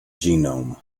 genome